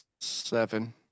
Seven